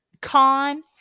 con